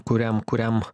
kuriam kuriam